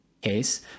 case